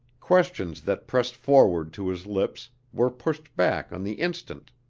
questions that pressed forward to his lips were pushed back on the instant.